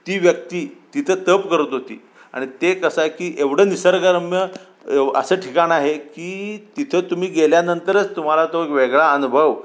ती व्यक्ती तिथं तप करत होती आणि ते कसंय की एवढं निसर्गरम्य असं ठिकाण आहे की तिथं तुम्ही गेल्यानंतरच तुम्हाला तो एक वेगळा अनुभव